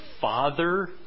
Father